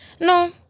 no